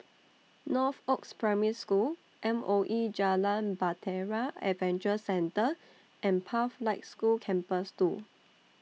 Northoaks Primary School M O E Jalan Bahtera Adventure Centre and Pathlight School Campus two